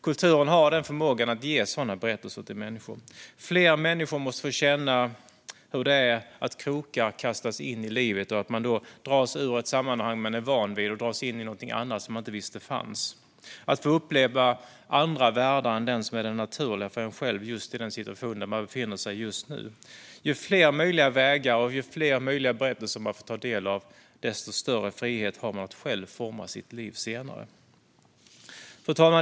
Kulturen har förmågan att ge sådana berättelser till människor. Fler människor måste få känna hur det är att krokar kastas in i livet och att man då dras ur ett sammanhang som man är van vid och dras in i något annat som man inte visste fanns, där man får uppleva andra världar än den som är den naturliga för en själv just i den situation där man då befinner sig. Ju fler möjliga vägar och ju fler möjliga berättelser man får ta del av, desto större frihet har man att själv forma sitt liv senare. Fru talman!